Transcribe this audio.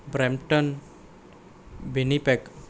Brampton Winnipeg